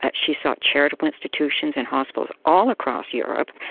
but she sought charitable institutions and hospitals all across europe.